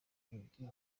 urugi